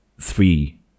three